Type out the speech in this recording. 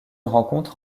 rencontre